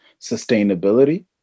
sustainability